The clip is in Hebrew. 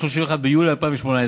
31 ביולי 2018,